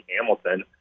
Hamilton